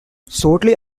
shortly